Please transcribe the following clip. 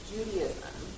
Judaism